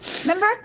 Remember